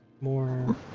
More